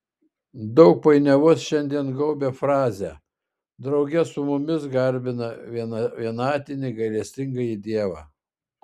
daug painiavos šiandien gaubia frazę drauge su mumis garbina vienatinį gailestingąjį dievą